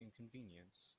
inconvenience